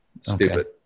stupid